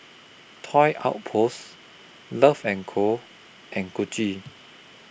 Toy Outpost Love and Co and Gucci